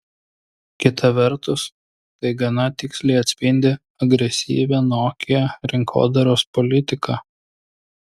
kita vertus tai gana tiksliai atspindi agresyvią nokia rinkodaros politiką